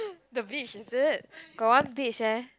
the beach is it got one beach eh